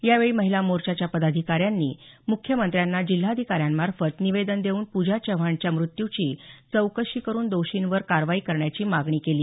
यावेळी महिला मोर्चाच्या पदाधिकाऱ्यांनी मुख्यमंत्र्यांना जिल्हाधिकाऱ्यांमार्फत निवेदन देऊन पूजा चव्हाणच्या मृत्यूची चौकशी करून दोषींवर कारवाई करण्याची मागणी केली